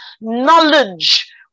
Knowledge